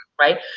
Right